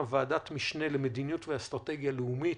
ועדת משנה למדיניות ואסטרטגיה לאומית.